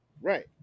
right